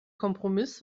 kompromiss